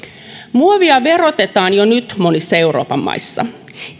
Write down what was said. muovia verotetaan jo nyt monissa euroopan maissa